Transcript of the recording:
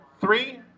Three